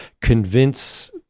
convince